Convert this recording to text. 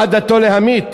אחת דתו להמית.